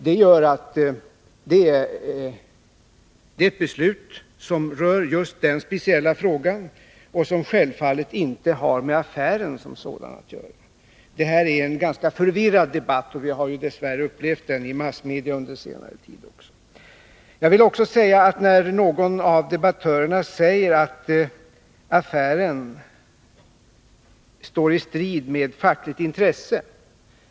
Det är ett beslut som rör just den speciella frågan, och det har självfallet inte med affären som sådan att göra. Detta är en ganska förvirrad debatt, och vi har dess värre också upplevt den i massmedia under senare tid. Någon av debattörerna sade att affären står i strid med fackliga intressen.